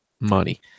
money